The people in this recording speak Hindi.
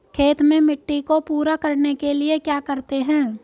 खेत में मिट्टी को पूरा करने के लिए क्या करते हैं?